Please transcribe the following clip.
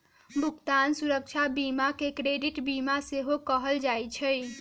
भुगतान सुरक्षा बीमा के क्रेडिट बीमा सेहो कहल जाइ छइ